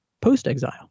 post-exile